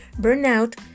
Burnout